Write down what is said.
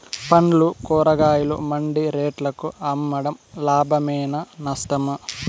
పండ్లు కూరగాయలు మండి రేట్లకు అమ్మడం లాభమేనా నష్టమా?